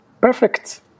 perfect